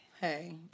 Hey